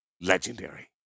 legendary